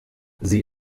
sie